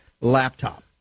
laptop